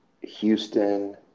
Houston